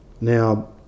Now